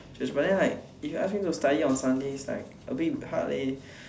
church but than like if ask me to study on Sundays like a bit hard eh